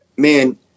Man